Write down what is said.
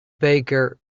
baker